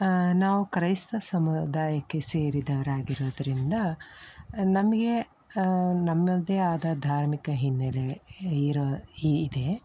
ನಾವು ಕ್ರೈಸ್ತ ಸಮುದಾಯಕ್ಕೆ ಸೇರಿದವರಾಗಿರೋದ್ರಿಂದ ನಮಗೆ ನಮ್ಮದೇ ಆದ ಧಾರ್ಮಿಕ ಹಿನ್ನೆಲೆ ಇರೋ ಇ ಇದೆ